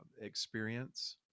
experience